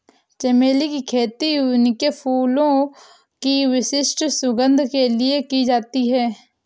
चमेली की खेती उनके फूलों की विशिष्ट सुगंध के लिए की जाती है